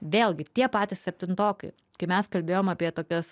vėlgi tie patys septintokai kai mes kalbėjom apie tokias